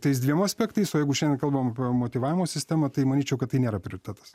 tais dviem aspektais o jeigu šiandien kalbam apie motyvavimo sistemą tai manyčiau kad tai nėra prioritetas